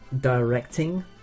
directing